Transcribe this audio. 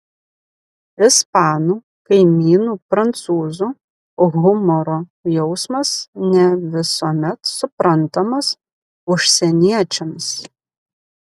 ispanų kaimynų prancūzų humoro jausmas ne visuomet suprantamas užsieniečiams